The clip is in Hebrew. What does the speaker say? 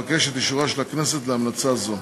אבקש את אישורה של הכנסת להמלצה זו.